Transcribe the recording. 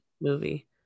movie